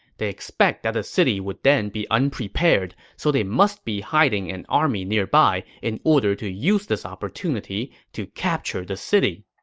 they expect that the city would then be unprepared, so they must be hiding an army nearby in order to use this opportunity to capture the city.